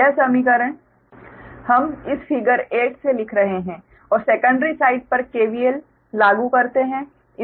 यह समीकरण हम इस फिगर 8 से लिख रहे हैं और सेकंडरी साइड पर KVL लागू करते है